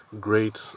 great